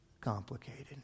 complicated